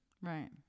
Right